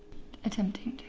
attempting to.